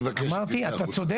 אמרתי, אתה צודק.